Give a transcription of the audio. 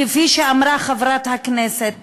כפי שאמרה חברת הכנסת